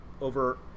over